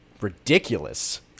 ridiculous